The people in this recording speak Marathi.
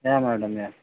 या मॅडम या